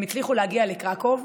הם הצליחו להגיע לקרקוב,